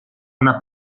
una